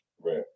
Right